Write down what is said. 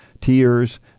tears